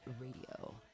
Radio